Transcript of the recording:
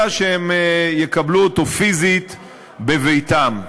אלא יקבלו אותו פיזית בביתם.